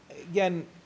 again